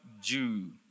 Jew